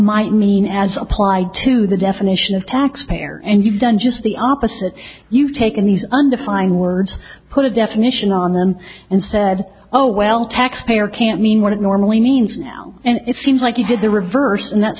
might mean as applied to the definition of tax payer and you've done just the opposite you've taken these undefined words put a definition on them and said oh well tax payer can't mean what it normally means now and it seems like you did the reverse and that